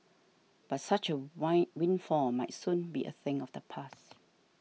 but such a wind windfall might soon be a thing of the past